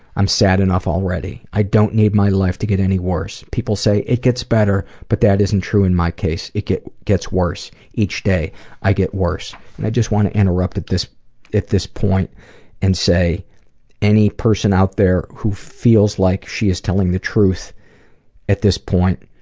i'm sad enough already, i don't need my life to get any worse. people say it gets better but that isn't true in my case. it gets worse. each day i get worse. and i just want to interrupt at this this point and say any person out there who feels like she's telling the truth at this point